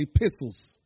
epistles